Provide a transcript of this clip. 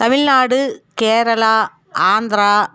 Tamil Nadu Kerala Andhra